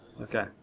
Okay